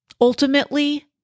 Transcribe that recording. Ultimately